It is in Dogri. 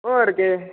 होर केह्